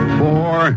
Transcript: four